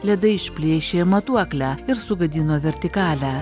ledai išplėšė matuoklę ir sugadino vertikalę